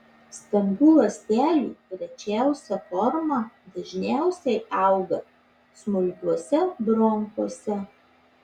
stambių ląstelių rečiausia forma dažniausiai auga smulkiuose bronchuose